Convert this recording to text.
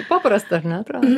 paprastą ar neatrodo